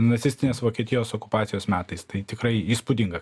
nacistinės vokietijos okupacijos metais tai tikrai įspūdinga